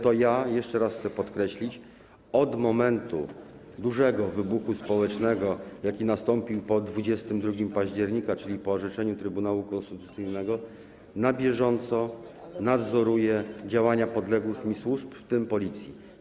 To ja, jeszcze raz chcę to podkreślić, od momentu dużego wybuchu społecznego, jaki nastąpił po 22 października, czyli po orzeczeniu Trybunału Konstytucyjnego, na bieżąco nadzoruję działania podległych mi służb, w tym Policji.